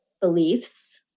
beliefs